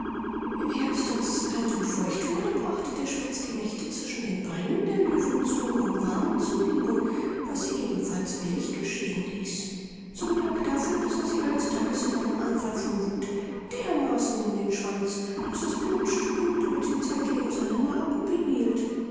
im herbst als es kalt und feucht wurde brachte der spitz die nächte zwischen den beinen der löwin zu um warm zu liegen was sie ebenfalls willig geschehen ließ zum dank dafür biß er sie eines tages in einem anfall von wuth dermaßen in den schwanz daß das blut strömte und sie zeitlebens eine narbe behielt